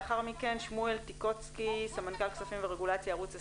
לאחר מכן שמואל טיקוצקי סמנכ"ל כספים ורגולציה בערוץ 20,